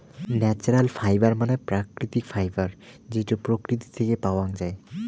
natural fibre মানে প্রাকৃতিক fibre যেইটো প্রকৃতি থেকে পাওয়াঙ যাই